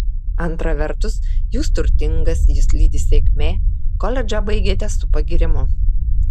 antra vertus jūs turtingas jus lydi sėkmė koledžą baigėte su pagyrimu